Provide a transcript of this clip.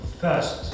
first